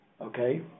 Okay